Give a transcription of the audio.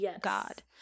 God